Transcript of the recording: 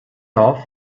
off